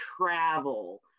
travel